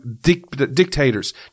dictators